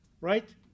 right